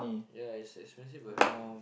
ya it's expensive but